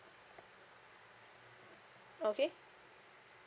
okay